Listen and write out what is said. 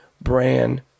brand